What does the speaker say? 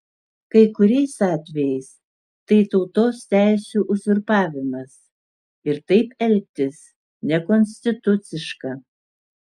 kai kuriais atvejais tai tautos teisių uzurpavimas ir taip elgtis nekonstituciška